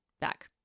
back